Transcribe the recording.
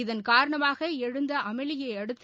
இதன் காரணமாக எழுந்த அமளியை அடுத்து